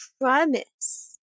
promise